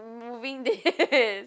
moving this